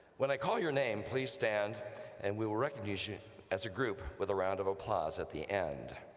when i call your name, please stand and we will recognize you as a group with a round of applause at the end.